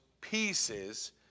pieces